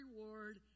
reward